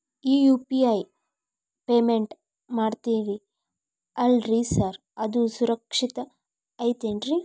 ಈ UPI payment ಮಾಡ್ತೇವಿ ಅಲ್ರಿ ಸಾರ್ ಅದು ಸುರಕ್ಷಿತ್ ಐತ್ ಏನ್ರಿ?